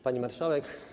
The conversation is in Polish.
Pani Marszałek!